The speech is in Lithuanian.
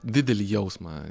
didelį jausmą